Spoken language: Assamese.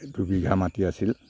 এই দুবিঘা মাটি আছিল